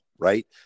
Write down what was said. Right